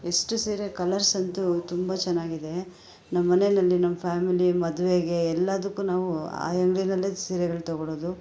ಎಷ್ಟು ಸೀರೆ ಕಲರ್ಸಂತೂ ತುಂಬ ಚೆನ್ನಾಗಿದೆ ನಮ್ಮನೆಯಲ್ಲಿ ನಮ್ಮ ಫ್ಯಾಮಿಲಿ ಮದುವೆಗೆ ಎಲ್ಲದ್ದಕ್ಕೂ ನಾವು ಆ ಅಂಗ್ಡಿಯಲ್ಲೇ ಸೀರೆಗಳು ತೊಗೊಳ್ಳೋದು